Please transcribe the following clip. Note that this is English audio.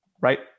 Right